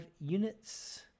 units